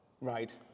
Right